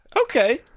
Okay